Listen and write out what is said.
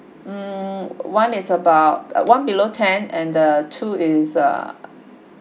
mm one is about one below ten and the two is (ih)